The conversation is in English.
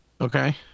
Okay